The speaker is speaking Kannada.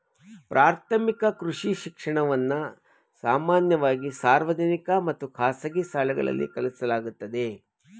ಪ್ರಾಥಮಿಕ ಕೃಷಿ ಶಿಕ್ಷಣವನ್ನ ಸಾಮಾನ್ಯವಾಗಿ ಸಾರ್ವಜನಿಕ ಮತ್ತು ಖಾಸಗಿ ಶಾಲೆಗಳಲ್ಲಿ ಕಲಿಸಲಾಗ್ತದೆ